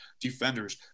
defenders